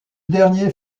dernier